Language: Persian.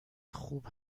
خوب